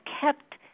kept